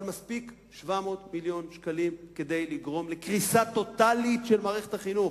אבל מספיק 700 מיליון שקלים כדי לגרום לקריסה טוטלית של מערכת החינוך.